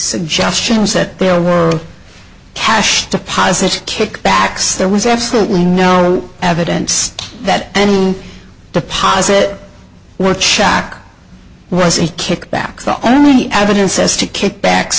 suggestions that there were cash deposits kickbacks there was absolutely no evidence that any deposit were chalk was a kickbacks the only evidence as to kickbacks